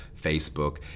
Facebook